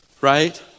right